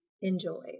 enjoy